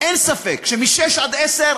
אין ספק שאנשים מ-6 עד 10,